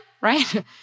Right